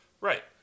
Right